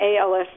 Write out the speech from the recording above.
ALS